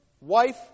wife